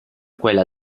quella